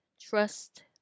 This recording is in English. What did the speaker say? Trust